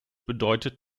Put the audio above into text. bedeutet